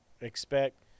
expect